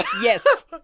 Yes